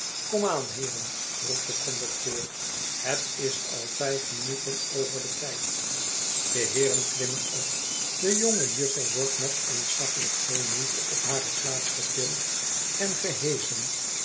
heeren roept de conducteur het is al vijf minuten over den tijd de heeren klimmen op de jonge jufter wordt met ontzaglijk veel moeite op hare plaats getild en geheschen